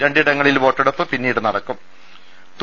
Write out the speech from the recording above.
രണ്ടിടങ്ങളിൽ വോട്ടെടുപ്പ് പിന്നീട് നടക്കൂം